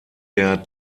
der